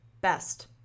best